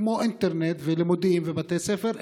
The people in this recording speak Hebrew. כמו אינטרנט ולימודים ובתי ספר,